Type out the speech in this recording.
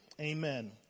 Amen